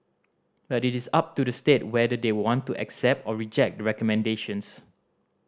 but it is up to the state whether they want to accept or reject the recommendations